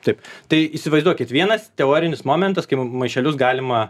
taip tai įsivaizduokit vienas teorinis momentas kai maišelius galima